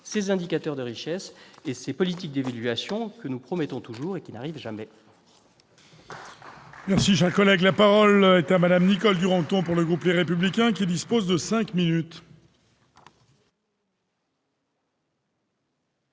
ces indicateurs de richesse et engagées ces politiques d'évaluation que l'on nous promet toujours et qui n'arrivent jamais.